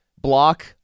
block